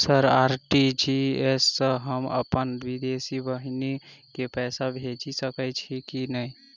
Sir RTGS सँ हम अप्पन विदेशी बहिन केँ पैसा भेजि सकै छियै की नै?